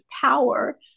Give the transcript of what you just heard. power